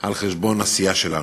על חשבון הסיעה שלנו.